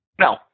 No